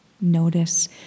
Notice